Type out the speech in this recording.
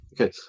Okay